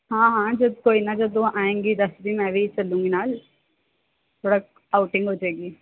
ਹਾਂ ਹਾਂ ਜਦੋਂ ਕੋਈ ਨਾ ਜਦੋਂ ਆਵੇਗੀ ਦੱਸਦੀ ਮੈਂ ਵੀ ਚੱਲੂੰਗੀ ਨਾਲ ਥੋੜ੍ਹਾ ਆਊਟਿੰਗ ਹੋ ਜਾਵੇਗੀ